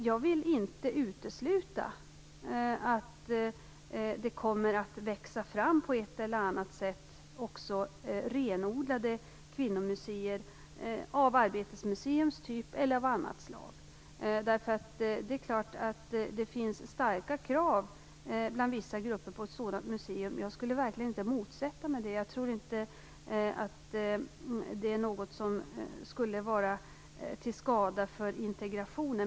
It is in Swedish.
Jag vill inte utesluta att det på ett eller annat sätt också kommer att växa fram renodlade kvinnomuseer av samma typ som Arbetets museum eller av annat slag. Det är klart att det finns starka krav på ett sådant museum bland vissa grupper. Jag skulle verkligen inte motsätta mig det. Jag tror inte att det är något som skulle vara till skada för integrationen.